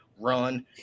run